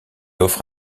offre